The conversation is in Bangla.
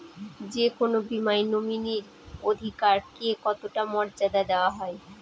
যে কোনো বীমায় নমিনীর অধিকার কে কতটা মর্যাদা দেওয়া হয়?